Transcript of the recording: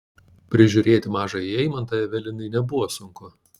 prižiūrėti mažąjį eimantą evelinai nebuvo sunku